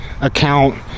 account